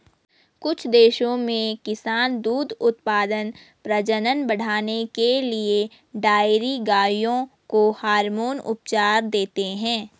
कुछ देशों में किसान दूध उत्पादन, प्रजनन बढ़ाने के लिए डेयरी गायों को हार्मोन उपचार देते हैं